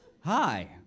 Hi